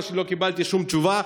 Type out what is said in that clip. לא קיבלתי שום תשובה,